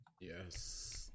Yes